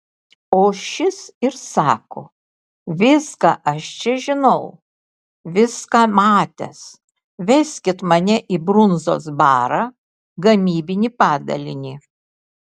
o šis ir sako viską aš čia žinau viską matęs veskit mane į brundzos barą gamybinį padalinį